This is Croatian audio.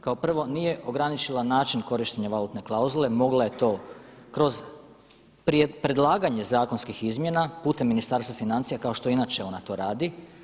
Kao prvo, nije ograničila način korištenja valutne klauzule, mogla je to kroz predlaganje zakonskih izmjena putem Ministarstva financija kao što inače ona to radi.